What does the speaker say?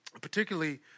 particularly